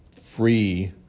free